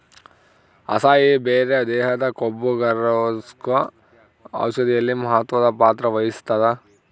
acai berry ದೇಹದ ಕೊಬ್ಬುಕರಗ್ಸೋ ಔಷಧಿಯಲ್ಲಿ ಮಹತ್ವದ ಪಾತ್ರ ವಹಿಸ್ತಾದ